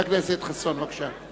חבר הכנסת חסון, בבקשה.